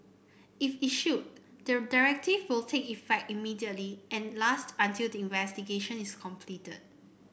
if issued the directive will take effect immediately and last until the investigation is completed